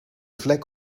vlek